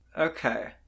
Okay